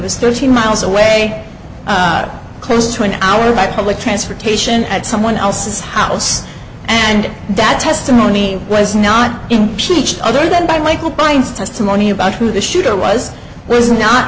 was thirteen miles away close to an hour by public transportation at someone else's house and that testimony was not impeached other than by michael bynes testimony about who the shooter was was not